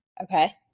Okay